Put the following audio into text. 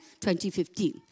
2015